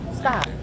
stop